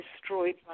destroyed